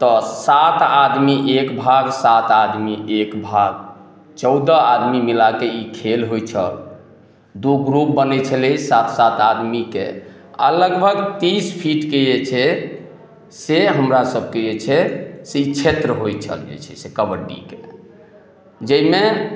तऽ सात आदमी एक भाग सात आदमी एक भाग चौदह आदमी मिलाके ई खेल होइ छल दू ग्रुप बनय छलय सात सात आदमीके आओर लगभग तीस फीटके जे छै से हमरा सबके जे छै से ई क्षेत्र होइ छल जे छै से कबड्डीक जइमे